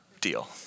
deal